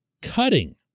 cutting